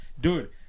Dude